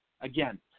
Again